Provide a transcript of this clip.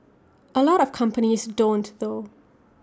A lot of companies don't though